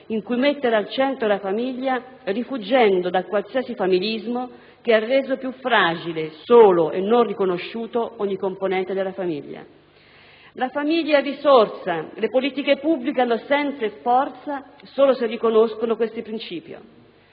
in cui mettere al centro la famiglia rifuggendo da qualsiasi familismo che ha reso più fragile, solo e non riconosciuto ogni componente della famiglia. La famiglia è risorsa e le politiche pubbliche hanno senso e forza solo se riconoscono tale principio;